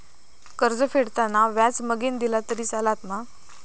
कर्ज फेडताना व्याज मगेन दिला तरी चलात मा?